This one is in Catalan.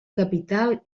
capital